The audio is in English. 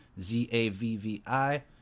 Z-A-V-V-I